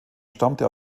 stammte